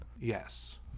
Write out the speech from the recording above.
yes